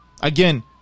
again